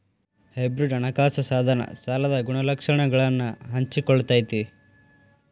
hybrid ಹಣಕಾಸ ಸಾಧನ ಸಾಲದ ಗುಣಲಕ್ಷಣಗಳನ್ನ ಹಂಚಿಕೊಳ್ಳತೈತಿ